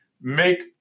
make